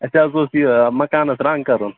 اَسہِ حظ اوس یہِ مَکانَس رنٛگ کَرُن